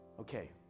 Okay